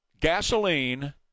gasoline